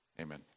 amen